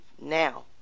now